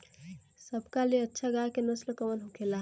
सबका ले अच्छा गाय के नस्ल कवन होखेला?